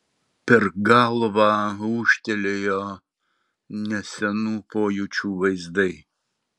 per galvą ūžtelėjo nesenų pojūčių vaizdai